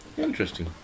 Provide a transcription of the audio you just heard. Interesting